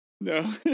No